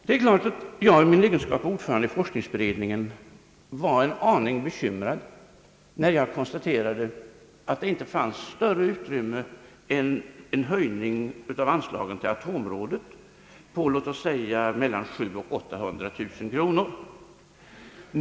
Det är klart att jag i min egenskap av ordförande i forskningsberedningen var en aning bekymrad, när jag konstaterade att det inte fanns större utrymme för höjning av anslagen till atomforskningsrådet än låt mig säga med 700 000 å 800 000 kronor.